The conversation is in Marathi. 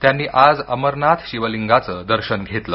त्यांनी आज अमर नाथ शिवलिंगच दर्शन घेतलं